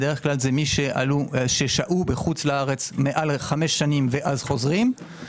זה בדרך כלל מי ששהו בחו"ל מעל 5 שנים ואז חוזרים.